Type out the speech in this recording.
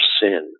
sin